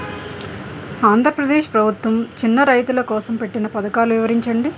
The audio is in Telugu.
ఆంధ్రప్రదేశ్ ప్రభుత్వ చిన్నా రైతుల కోసం పెట్టిన పథకాలు వివరించండి?